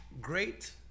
great